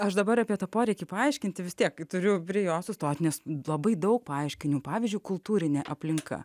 aš dabar apie tą poreikį paaiškinti vis tiek turiu prie jo sustot nes labai daug paaiškinių pavyzdžiui kultūrinė aplinka